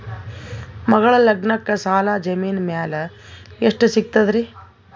ಮಗಳ ಲಗ್ನಕ್ಕ ಸಾಲ ಜಮೀನ ಮ್ಯಾಲ ಎಷ್ಟ ಸಿಗ್ತದ್ರಿ?